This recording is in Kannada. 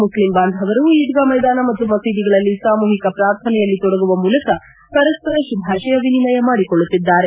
ಮುಸ್ಲಿಂ ಬಾಂಧವರು ಈದ್ಗಾ ಮೈದಾನ ಮತ್ತು ಮಸೀದಿಗಳಲ್ಲಿ ಸಾಮೂಹಿಕ ಪ್ರಾರ್ಥನೆಯಲ್ಲಿ ತೊಡಗುವ ಮೂಲಕ ಪರಸ್ವರ ಶುಭಾಷಯ ವಿನಿಮಯ ಮಾಡಿಕೊಳ್ಳುತ್ತಿದ್ದಾರೆ